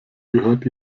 gehört